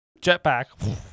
Jetpack